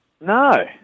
No